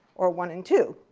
or one and two.